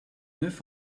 neuf